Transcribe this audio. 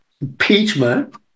impeachment